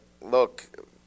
look